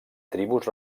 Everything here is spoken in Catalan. tribus